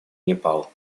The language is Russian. непал